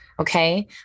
Okay